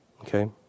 okay